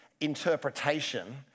interpretation